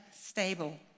stable